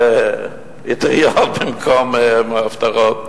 אטריות במקום הבטחות,